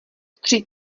tři